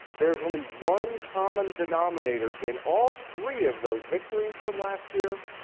there is only one common denominator in all three of those victories from last year,